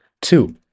two